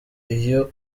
iyo